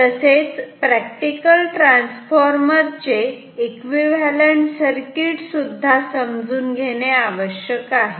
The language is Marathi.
तसेच प्रॅक्टिकल ट्रान्सफॉर्मर चे एकविव्हॅलंट सर्किट सुद्धा समजून घेणे आवश्यक आहे